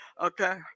Okay